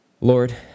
Lord